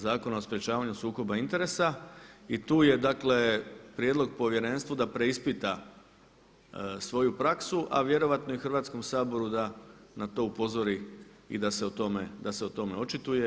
Zakona o sprječavanju sukoba interesa i tu je dakle prijedlog povjerenstvu da preispita svoju praksu, a vjerojatno i Hrvatskom saboru da na to upozori i da se o tome očituje.